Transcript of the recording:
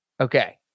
Okay